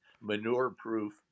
manure-proof